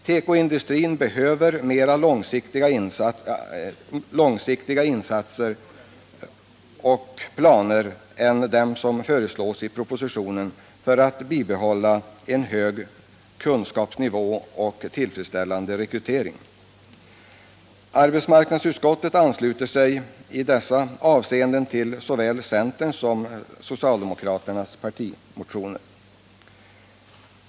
Tekoindustrin behöver mera långsiktiga insatser och planer än dem som föreslås i propositionen för att man skall kunna bibehålla en hög kunskapsnivå och en tillfredsställande rekrytering. Arbetsmarknadsutskottet ansluter sig i dessa avseenden till vad som anförts i såväl centerns som socialdemokraternas partimotioner.